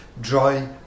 dry